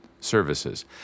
Services